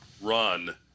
run